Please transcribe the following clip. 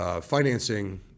financing